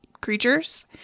creatures